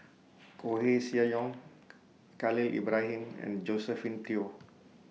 Koeh Sia Yong Khalil Ibrahim and Josephine Teo